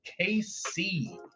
KC